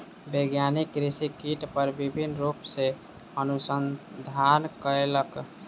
वैज्ञानिक कृषि कीट पर विभिन्न रूप सॅ अनुसंधान कयलक